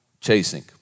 chasing